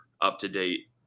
up-to-date